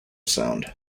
sound